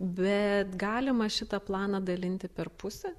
bet galima šitą planą dalinti per pusę